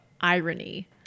irony